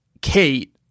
Kate